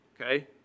Okay